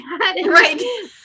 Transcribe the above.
Right